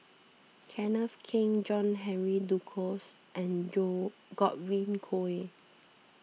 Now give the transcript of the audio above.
Kenneth Keng John Henry Duclos and Godwin Koay